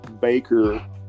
Baker